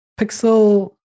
pixel